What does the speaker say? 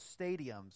stadiums